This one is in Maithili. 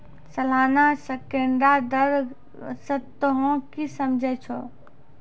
सलाना सैकड़ा दर से तोंय की समझै छौं